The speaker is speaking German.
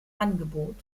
angebot